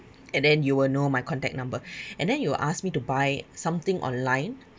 and then you will know my contact number and then you ask me to buy something online